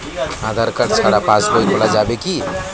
আধার card ছাড়া পাশবই খোলা যাবে কি?